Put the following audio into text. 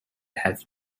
have